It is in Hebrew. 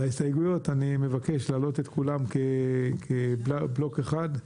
על ההסתייגויות אני מבקש להעלות את כולם כבלוק אחד,